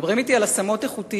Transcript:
מדברים אתי על השמות איכותיות,